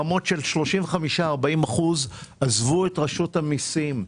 ברמות של 35% 40% עזבו את רשות המיסים.